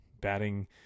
batting